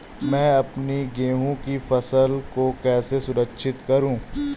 मैं अपनी गेहूँ की फसल को कैसे सुरक्षित करूँ?